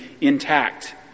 intact